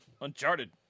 Uncharted